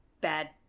bad